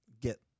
get